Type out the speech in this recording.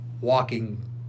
walking